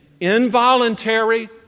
involuntary